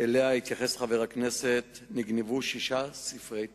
שאליה התייחס חבר הכנסת נגנבו שישה ספרי תורה.